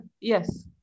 yes